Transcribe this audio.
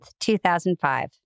2005